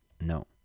No